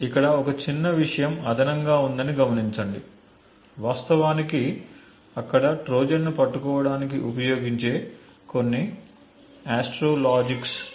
ఇక్కడ ఒక చిన్న విషయం అదనంగా ఉందని గమనించండి వాస్తవానికి అక్కడ ట్రోజన్ను పట్టుకోవడానికి ఉపయోగించే కొన్ని ఆస్ట్రో లాజిక్స్ ఉన్నాయి